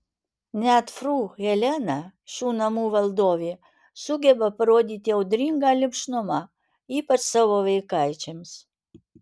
net fru helena šių namų valdovė sugeba parodyti audringą lipšnumą ypač savo vaikaičiams